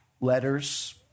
letters